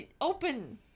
open